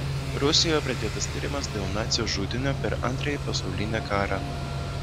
rusijoje pradėtas tyrimas dėl nacių žudynių per antrąjį pasaulinį karą